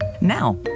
Now